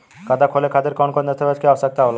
खाता खोले खातिर कौन कौन दस्तावेज के आवश्यक होला?